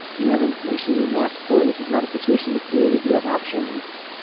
you have information you didn't ask for. this is not a situation you created, you have options.